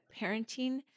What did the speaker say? Parenting